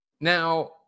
Now